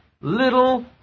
little